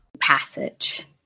passage